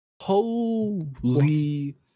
Holy